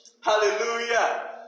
Hallelujah